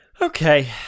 Okay